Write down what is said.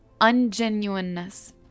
ungenuineness